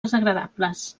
desagradables